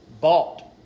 bought